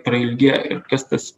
prailgėja ir kas tas